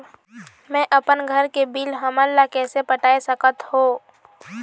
मैं अपन घर के बिल हमन ला कैसे पटाए सकत हो?